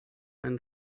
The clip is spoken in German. einen